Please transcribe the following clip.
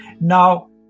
Now